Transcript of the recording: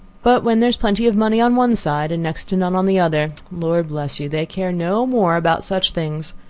but when there is plenty of money on one side, and next to none on the other, lord bless you! they care no more about such things